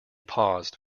paused